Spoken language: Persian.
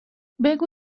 بگو